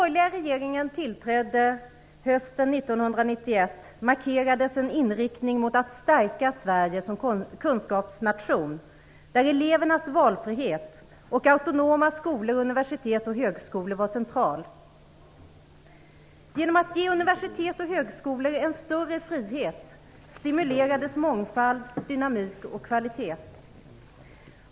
1991 markerades en inriktning mot att stärka Sverige som kunskapsnation, där elevernas valfrihet och autonoma skolor, universitet och högskolor var central. Genom att ge universitet och högskolor en större frihet stimulerades mångfald, dynamik och kvalitet.